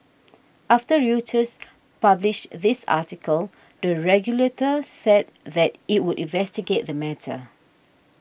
after Reuters published this article the regulator said that it would investigate the matter